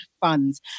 funds